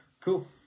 Cool